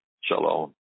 Shalom